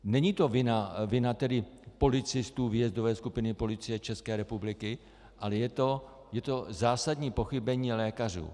Není to vina tedy policistů výjezdové skupiny Policie České republiky, ale je to zásadní pochybení lékařů.